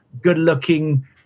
good-looking